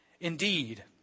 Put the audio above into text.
Indeed